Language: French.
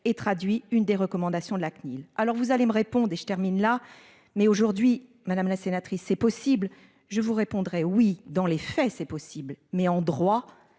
et traduit une des recommandations de la CNIL. Alors vous allez me répondre et je termine là mais aujourd'hui madame la sénatrice, c'est possible. Je vous répondrais oui dans les faits c'est possible mais en droit,